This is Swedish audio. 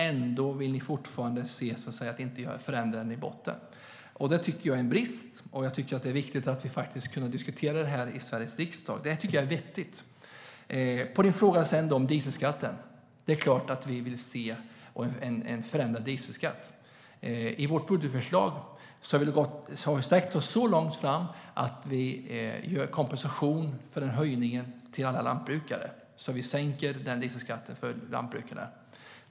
Ändå vill ni inte förändra på djupet. Det tycker jag är en brist. Det är viktigt att vi kan diskutera frågan i Sveriges riksdag. Det är vettigt. Vad gäller frågan om dieselskatten vill jag säga att vi självfallet vill se en förändrad dieselskatt. I vårt budgetförslag har vi sträckt oss så långt att vi vill ge alla lantbrukare kompensation för höjningen. Vi sänker alltså dieselskatten för lantbrukarna.